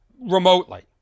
remotely